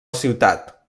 ciutat